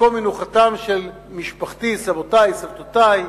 מקום מנוחתה של משפחתי, סבי, סבותי,